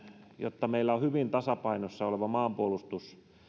jotta meillä on hyvin tasapainossa oleva maanpuolustus